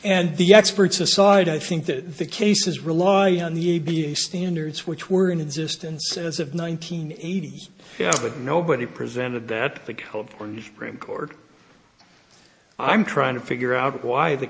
and the experts aside i think that the cases rely on the a b a standards which were in existence as of nineteen eighty yeah but nobody presented that the california supreme court i'm trying to figure out why the